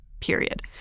period